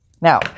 now